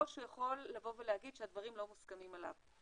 או שהוא יכול להגיד שהדברים לא מוסכמים עליו.